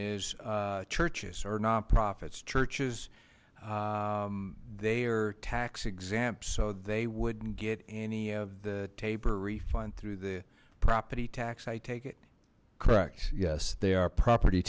is churches or nonprofits churches they are tax exempt so they wouldn't get any of the taper refund through the property tax i take it correct yes they are property